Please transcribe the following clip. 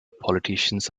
politicians